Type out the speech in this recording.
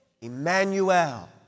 Emmanuel